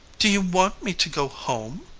do you want me to go home?